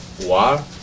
war